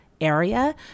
area